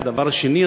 דבר שני,